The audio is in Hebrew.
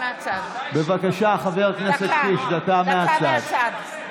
בבקשה, חבר הכנסת קיש, דקה מהצד.